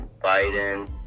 Biden